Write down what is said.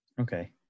Okay